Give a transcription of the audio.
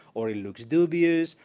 or it looks dubious,